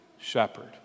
shepherd